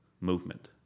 movement